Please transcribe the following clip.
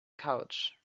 couch